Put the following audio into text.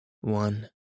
One